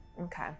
Okay